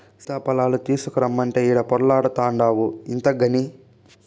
సీతాఫలాలు తీసకరమ్మంటే ఈడ పొర్లాడతాన్డావు ఇంతగని